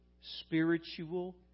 spiritual